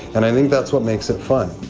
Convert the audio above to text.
and i think that's what makes it fun.